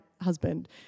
husband